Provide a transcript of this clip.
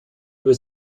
über